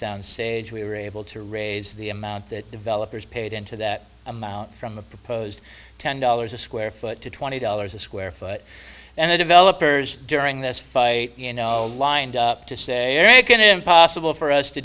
sound stage we were able to raise the amount that developers paid into that amount from the proposed ten dollars a square foot to twenty dollars a square foot and the developers during this fight you know lined up to say are you going to impossible for us to